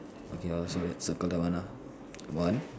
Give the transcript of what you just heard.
okay lor so let's circle that one ah one